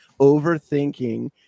overthinking